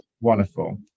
wonderful